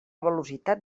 velocitat